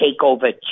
takeover